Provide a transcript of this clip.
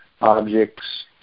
objects